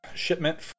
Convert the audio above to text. Shipment